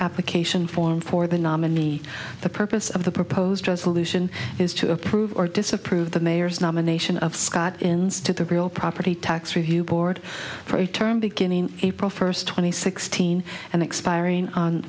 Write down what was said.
application form for the nominee the purpose of the proposed resolution is to approve or disapprove the mayor's nomination of scott ins to the real property tax review board for a term beginning april first twenty sixteen and expiring